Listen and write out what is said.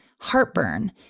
heartburn